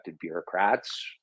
bureaucrats